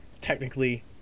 Technically